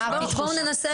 בואו ננסה.